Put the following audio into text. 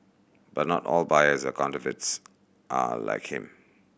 but not all buyers of counterfeits are like him